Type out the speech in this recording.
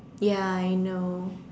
ya I know